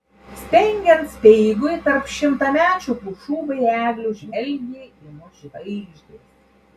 spengiant speigui tarp šimtamečių pušų bei eglių žvelgė į mus žvaigždės